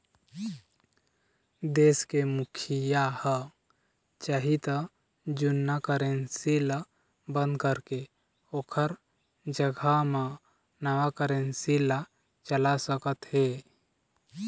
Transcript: देश के मुखिया ह चाही त जुन्ना करेंसी ल बंद करके ओखर जघा म नवा करेंसी ला चला सकत हे